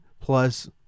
plus